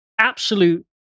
absolute